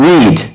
Read